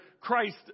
Christ